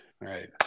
Right